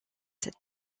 cette